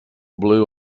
blue